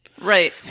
Right